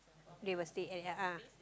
they will stay yeah a'ah